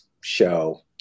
show